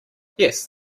yes